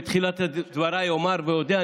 בתחילת דבריי אומר ואודה,